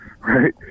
right